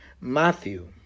Matthew